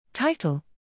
Title